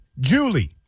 Julie